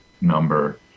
number